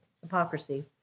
hypocrisy